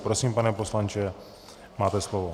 Prosím, pane poslanče, máte slovo.